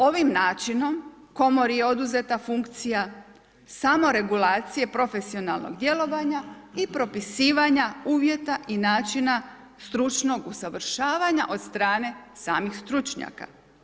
Ovim načinom komori je oduzeta funkcija samoregulacije profesionalnog djelovanja i propisivanja uvjeta i načina stručnog usavršavanja od strane samih stručnjaka.